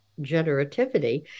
generativity